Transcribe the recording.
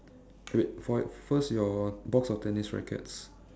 wait for first your box of tennis rackets